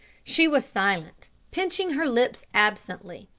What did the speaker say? she was silent, pinching her lips absently.